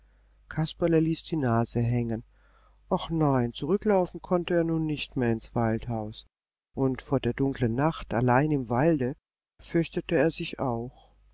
kasperle ließ die nase hängen ach nein zurücklaufen konnte er nun nicht mehr ins waldhaus und vor der dunklen nacht allein im walde fürchtete er sich auch